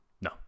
No